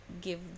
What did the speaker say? give